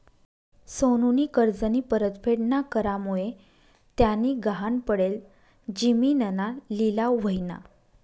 सोनूनी कर्जनी परतफेड ना करामुये त्यानी गहाण पडेल जिमीनना लिलाव व्हयना